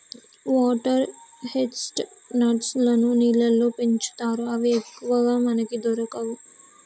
water chestnuts లను నీళ్లల్లో పెంచుతారు అవి ఎక్కువగా మనకు దొరకవు